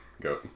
Go